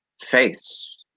faiths